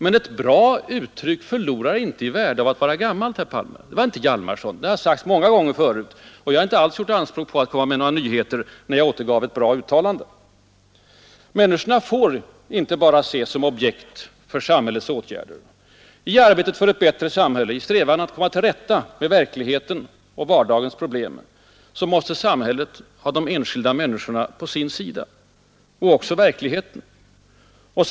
Men ett bra uttryck förlorar inte i värde av att vara gam malt, herr Palme! Det var inte herr Hjalmarson som präglade det — det har sagts många gånger förut, och jag gjorde inte alls anspråk på att komma med några nyheter då jag återgav ett bra uttalande. Människorna får inte bara ses som objekt för samhällets åtgärder. I arbetet för ett bättre samhälle, i strävandena att komma till rätta med verkligheten och vardagsproblemen, måste samhället ha de enskilda människorna på sin sida och också verkligheten på sin sida.